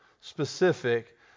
specific